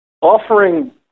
offering